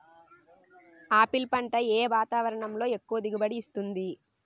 Apple పంట ఏ వాతావరణంలో ఎక్కువ దిగుబడి ఇస్తుంది?